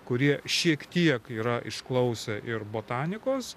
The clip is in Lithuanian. kurie šiek tiek yra išklausę ir botanikos